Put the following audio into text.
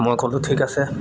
মই ক'লোঁ ঠিক আছে